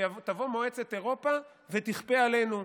שתבוא מועצת אירופה ותכפה עלינו,